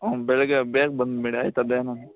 ಹ್ಞೂ ಬೆಳಿಗ್ಗೆ ಬೇಗ ಬಂದುಬಿಡಿ ಆಯಿತಾ ದಯಾನಂದ